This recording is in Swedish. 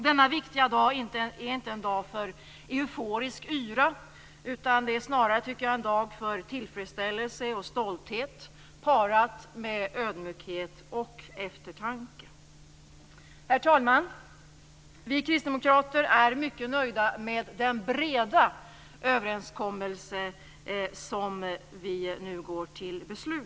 Denna viktiga dag är inte en dag för euforisk yra, utan snarare, tycker jag, en dag för tillfredsställelse och stolthet parad med ödmjukhet och eftertanke. Herr talman! Vi kristdemokrater är mycket nöjda med den breda överenskommelse som vi nu går till beslut om.